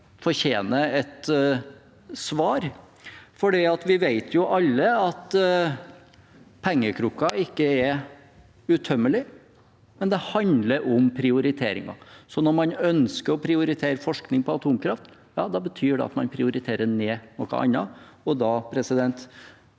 fortjener et svar, for vi vet alle at pengekrukken ikke er utømmelig. Det handler om prioriteringer. Når man ønsker å prioritere forskning på atomkraft, betyr det at man prioriterer ned noe annet.